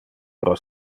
pro